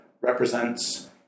represents